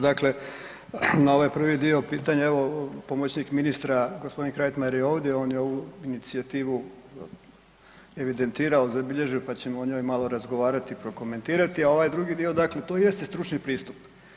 Dakle na ovaj prvi dio pitanja, evo, pomoćnik ministra, g. Krajtmajer je ovdje, on je ovu inicijativu evidentirao, zabilježio, pa ćemo o njoj malo razgovarati, prokomentirati, a ovaj drugi dio, dakle to jeste stručni pristup.